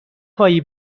هایی